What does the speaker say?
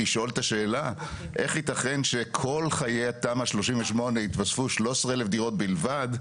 לשאול את השאלה איך יתכן שכל חיי תמ"א 38 התווספו 13,000 דירות בלבד,